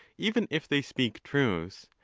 even if they speak truth,